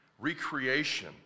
recreation